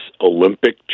Olympic